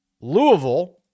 Louisville